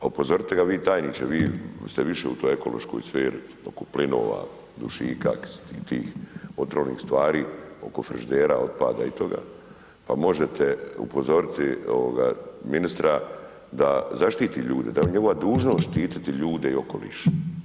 A upozorite ga vi tajniče, vi ste više u toj ekološkoj sferi oko plinova, dušika i tih otrovnih stvari, oko frižidera, otpada i toga pa možete upozoriti ministra da zaštiti ljude, da je njegova dužnost štiti ljude i okoliš.